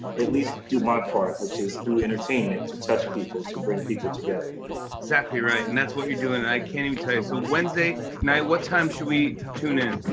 at least do my part, which is through entertainment to touch people, to bring people together. exactly right, and that's what you're doing, and i can't even tell you. so wednesday night, what time should we tune in?